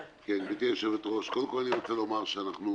גברתי היושבת-ראש, קודם כל אני רוצה לומר שאנחנו